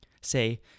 Say